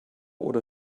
oder